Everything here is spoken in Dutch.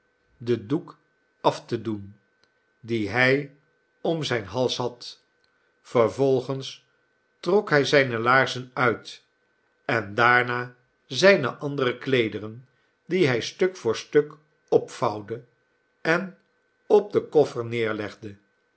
den doek af te doen dien hij om zijn hals had vervolgens trok hij zijne laarzen uit en daarna zijne andere kleederen die hij stuk voor stuk opvouwde en op den koffer neerlegde